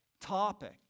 topic